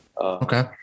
Okay